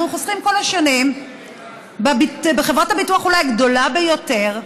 אנחנו חוסכים כל השנים בחברת הביטוח הגדולה ביותר,